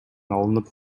алынып